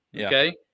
Okay